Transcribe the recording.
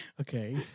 Okay